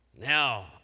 now